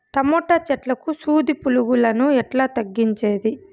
Tomato చెట్లకు సూది పులుగులను ఎట్లా తగ్గించేది?